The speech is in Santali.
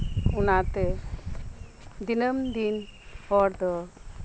ᱚᱱᱟᱛᱮ ᱫᱤᱱᱟᱹᱢᱼᱫᱤᱱ ᱦᱚᱲ ᱫᱚ